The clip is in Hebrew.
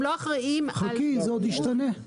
חכי, זה עוד ישתנה.